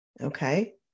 Okay